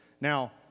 Now